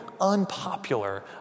unpopular